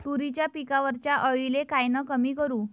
तुरीच्या पिकावरच्या अळीले कायनं कमी करू?